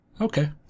Okay